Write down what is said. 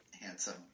handsome